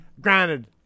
Granted